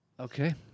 Okay